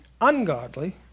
ungodly